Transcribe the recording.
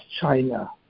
China